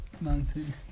Mountain